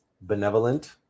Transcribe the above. benevolent